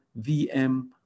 VM